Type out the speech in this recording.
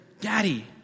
Daddy